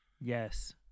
Yes